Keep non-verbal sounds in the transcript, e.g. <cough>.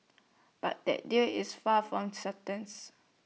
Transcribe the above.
but that deal is far from certain <unintelligible>